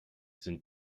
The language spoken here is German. sind